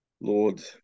Lord